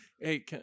Hey